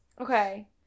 Okay